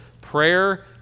Prayer